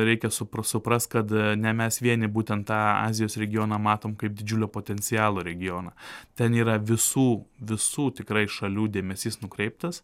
reikia supras suprast kad ne mes vieni būtent tą azijos regioną matom kaip didžiulio potencialo regioną ten yra visų visų tikrai šalių dėmesys nukreiptas